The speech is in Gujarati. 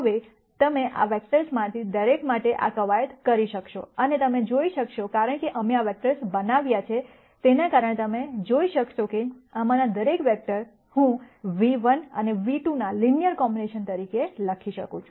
હવે તમે આ વેક્ટર્સમાંથી દરેક માટે આ કવાયત કરી શકશો અને તમે જોઈ શકશો કારણ કે અમે આ વેક્ટર્સ બનાવ્યા છે તેના કારણે તમે જોઈ શકશો કે આમાંના દરેક વેક્ટર હું v1 અને v2 ના લિનયર કોમ્બિનેશન તરીકે લખી શકું છું